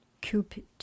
Cupid